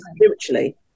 spiritually